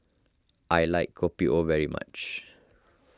I like Kopi O very much